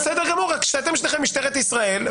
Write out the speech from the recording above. בסדר גמור, אבל שניכם ממשטרת ישראל.